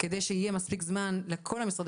אלא שהוא נקבע כדי שיהיה מספיק שזמן לכל משרדי